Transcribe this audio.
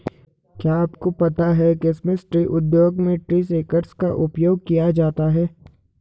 क्या आपको पता है क्रिसमस ट्री उद्योग में ट्री शेकर्स का उपयोग किया जाता है?